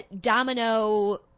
domino